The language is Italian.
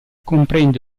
comprende